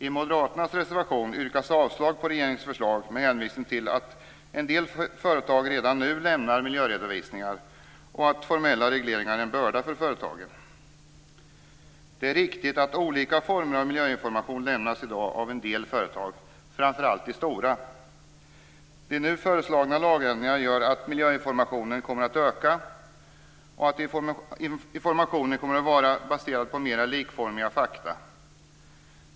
I Moderaternas reservation yrkas avslag på regeringens förslag med hänvisning till att en del företag redan nu lämnar miljöredovisningar och att formella regleringar är en börda för företagen. Det är riktigt att olika former av miljöinformation i dag lämnas av en del företag, framför allt de stora. De nu föreslagna lagändringarna gör att miljöinformationen kommer att öka och att informationen kommer att vara baserad på mer likformiga fakta.